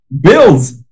Bills